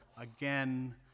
again